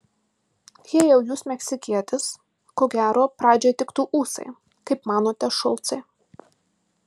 jei jau jūs meksikietis ko gero pradžiai tiktų ūsai kaip manote šulcai